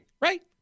right